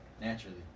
Naturally